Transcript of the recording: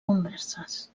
converses